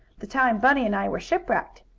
the time bunny and i were shipwrecked!